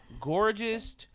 gorgeous